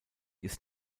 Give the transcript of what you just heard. ist